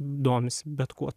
domisi bet kuo